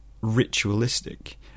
ritualistic